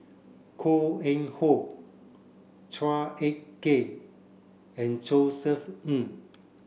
Koh Eng Hoon Chua Ek Kay and Josef Ng